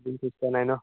নাই নহ্